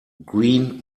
green